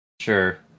sure